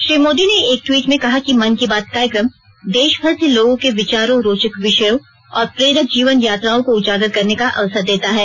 श्री मोदी ने एक ट्वीट में कहा कि मन की बात कार्यक्रम देशभर से लोगों के विचारों रोचक विषयों और प्रेरक जीवन यात्राओं को उजागर करने का अवसर देता है